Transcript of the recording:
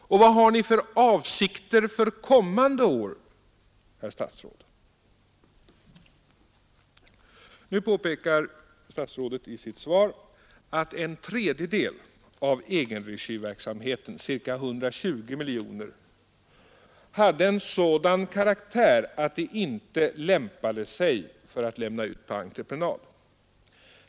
Och vad har ni för avsikter för kommande år, herr statsråd? Statsrådet påpekar i sitt svar att en tredjedel av egenregiverksamheten, ca 120 miljoner, hade en sådan karaktär att den inte lämpade sig att lämna ut på entreprenad.